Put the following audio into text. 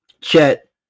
Chet